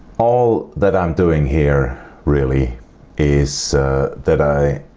all that i am doing here really is that i